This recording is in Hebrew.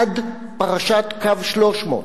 עד פרשת קו 300,